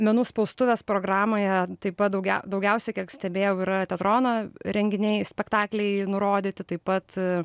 menų spaustuvės programoje taip pat daugiau daugiausiai kiek stebėjau yra tetrona renginiai spektakliai nurodyti taip pat